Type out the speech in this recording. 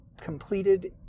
completed